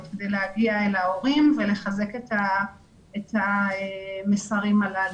כדי להגיע אל ההורים ולחזק את המסרים הללו.